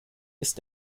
ist